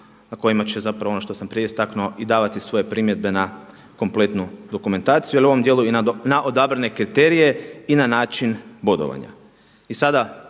na kojima će zapravo ono što sam prije istaknuo i davati svoje primjedbe na kompletnu dokumentaciju, ali u ovom dijelu i na odabrane kriterije i na način bodovanja.